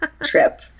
trip